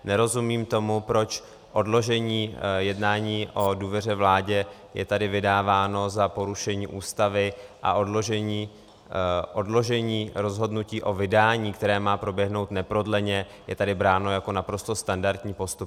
Nerozumím tomu, proč odložení jednání o důvěře vládě je tady vydáváno za porušení Ústavy a odložení rozhodnutí o vydání, které má proběhnout neprodleně, je tady bráno jako naprosto standardní postup.